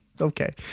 Okay